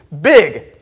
Big